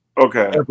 Okay